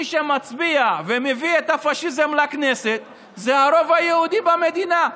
מי שמצביע ומביא את הפשיזם לכנסת זה הרוב היהודי במדינה,